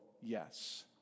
Yes